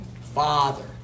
father